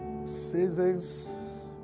seasons